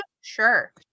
sure